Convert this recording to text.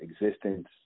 Existence